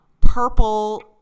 purple